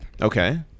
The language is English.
Okay